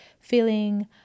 feeling